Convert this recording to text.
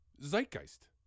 Zeitgeist